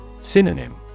Synonym